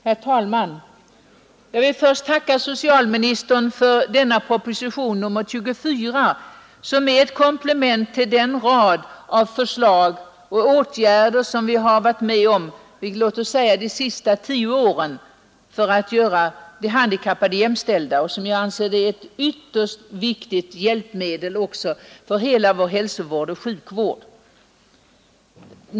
Herr talman! Jag vill först tacka socialministern för proposition nr 24, som är ett komplement till den rad av förslag som vi har fått låt oss säga de senaste tio åren till åtgärder som skall göra de handikappade jämställda med andra. Jag anser den dessutom vara ytterst viktig för hela vår hälsovård och sjukvård.